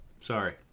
Sorry